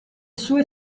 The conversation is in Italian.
sue